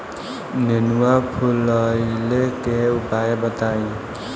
नेनुआ फुलईले के उपाय बताईं?